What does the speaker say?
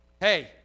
Hey